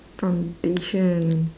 foundation